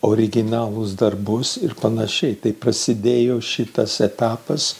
originalūs darbus ir panašiai taip prasidėjo šitas etapas